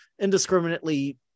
indiscriminately